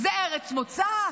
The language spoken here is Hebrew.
זו ארץ מוצא?